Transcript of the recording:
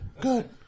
Good